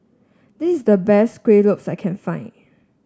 this is the best Kueh Lopes that I can find